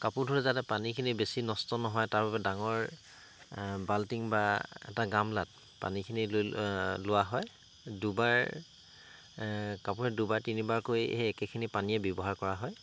কাপোৰ ধোওঁতে যাতে পানীখিনি বেছি নষ্ট নহয় তাৰবাবে ডাঙৰ বাল্টিং বা এটা গামলাত পানীখিনি লৈ ল লোৱা হয় দুবাৰ কাপোৰখিনি দুবাৰ তিনিবাৰকৈ সেই একেখিনি পানীয়ে ব্যৱহাৰ কৰা হয়